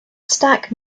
stack